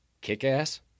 Kick-ass